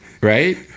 Right